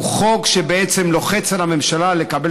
הוא חוק שבעצם לוחץ על הממשלה לקבל